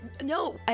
No